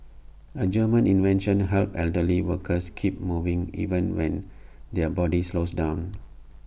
A German invention helps elderly workers keep moving even when their body slows down